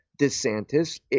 DeSantis